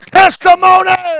testimony